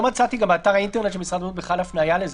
לא מצאתי באתר האינטרנט של משרד הבריאות בכלל הפניה לזה.